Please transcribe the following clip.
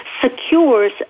secures